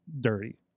dirty